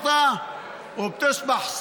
(אומר בערבית ומתרגם:)